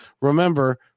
remember